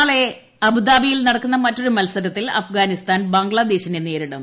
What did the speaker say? നാളെ അബുദാബിയിൽ നടക്കുന്ന മറ്റൊരു മത്സരത്തിൽ അഫ്ഗാനിസ്ഥാൻ ബംഗ്ളാദേശിനെയും നേരിടും